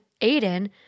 Aiden